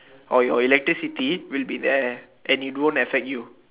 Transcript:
or your electricity will be there and it won't affect you